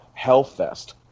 Hellfest